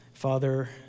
Father